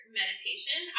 meditation